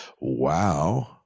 Wow